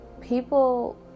people